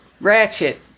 Ratchet